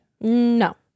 No